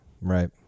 Right